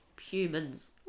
humans